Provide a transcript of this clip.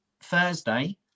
Thursday